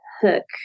hook